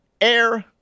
Air